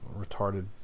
retarded